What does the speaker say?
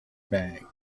bag